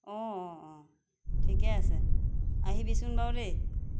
অঁ অঁ অঁ ঠিকে আছে আহিবিচোন বাৰু দেই